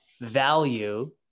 value